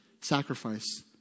sacrifice